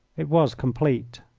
it was complete.